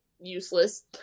useless